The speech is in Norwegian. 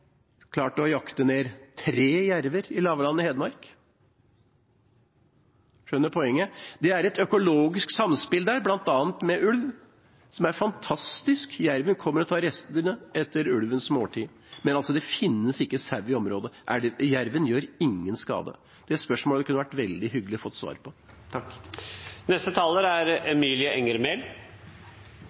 å jakte ned tre jerver i lavlandet i Hedmark. Skjønner man poenget? Det er et økologisk samspill der, bl.a. med ulv, som er fantastisk, jerven kommer og tar restene etter ulvens måltid. Men det finnes altså ikke sau i området, og jerven gjør ingen skade. Det spørsmålet kunne det vært veldig hyggelig å få svar på.